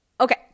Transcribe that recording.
okay